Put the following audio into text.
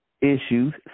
issues